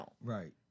Right